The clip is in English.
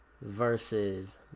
Versus